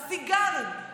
הסיגרים,